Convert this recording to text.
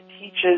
teaches